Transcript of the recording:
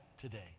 today